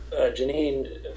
Janine